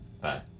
Bye